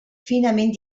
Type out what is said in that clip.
finament